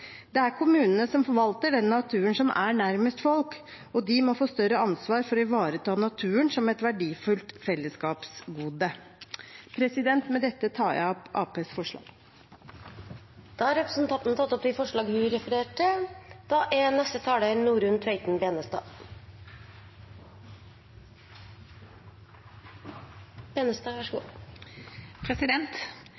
Det er kommunene som forvalter den naturen som er nærmest folk, og de må få større ansvar for å ivareta naturen som et verdifullt fellesskapsgode. Med dette tar jeg opp forslagene Arbeiderpartiet har sammen med Senterpartiet. Representanten Siri Gåsemyr Staalesen har tatt opp de forslagene hun refererte til. Vi er